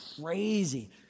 crazy